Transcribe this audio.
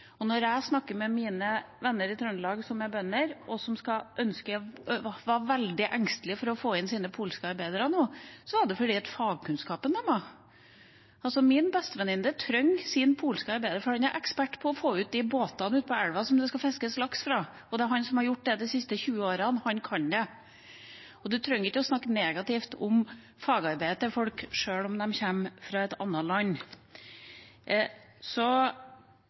Jeg har snakket med mine venner i Trøndelag som er bønder, og som var veldig engstelige for ikke å få inn sine polske arbeidere nå, og det er på grunn av fagkunnskapen deres. Min bestevenninne trenger sin polske arbeider for han er ekspert på å få ut de båtene som det skal fiskes laks fra, ut på elva. Det er han som har gjort det de siste 20 årene, og han kan det. Man trenger ikke å snakke negativt om fagarbeidet til folk sjøl om de kommer fra et annet land.